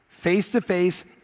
Face-to-face